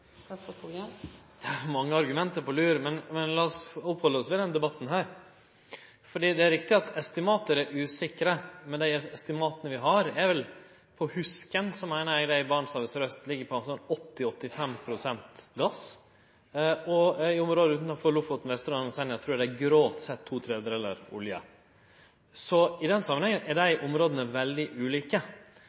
mange argument på lur, men lat oss halde oss til denne debatten no. Det er riktig at estimat er usikre, men dei estimata vi har, er vel at – etter hugsen – det i Barentshavet sør-aust ligg på 80–85 pst. gass, og i området utanfor Lofoten, Vesterålen og Senja trur eg det er to tredjedelar olje. Dei to områda er veldig ulike, men områda utanfor Lofoten, Vesterålen og Senja og områda i Barentshavet søraust er ulike på veldig